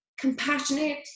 compassionate